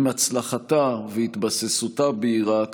עם הצלחתה והתבססותה בעיראק,